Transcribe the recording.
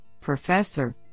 Professor